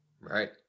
right